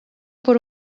por